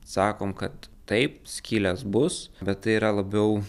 sakom kad taip skylės bus bet tai yra labiau